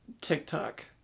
TikTok